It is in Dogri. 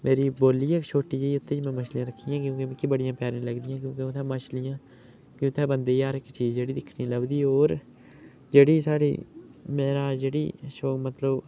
मेरी बोली ऐ इक छोटी जेही ओह्दे च में मछलियां रक्खी दियां क्योंकि मिकी बड़ियां प्यारियां लगदियां क्योंकि उत्थै मछलियां कि उत्थै बंदे हर इक चीज जेह्ड़ी दिक्खने गी लभदी होर जेह्ड़ी स्हाड़ी में आ जेह्ड़ी शो मतलब